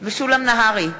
משולם נהרי,